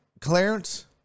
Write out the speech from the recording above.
Clarence